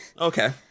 Okay